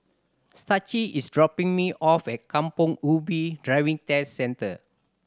Staci is dropping me off at Kampong Ubi Driving Test Centre